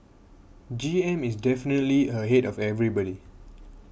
G M is definitely ahead of everybody